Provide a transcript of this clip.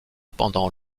pendant